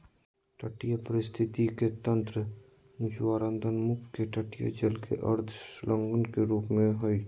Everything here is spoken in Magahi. तटीय पारिस्थिति के तंत्र ज्वारनदमुख के तटीय जल के अर्ध संलग्न के रूप में हइ